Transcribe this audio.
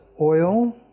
oil